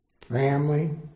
family